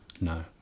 No